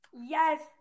Yes